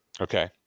Okay